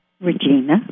Regina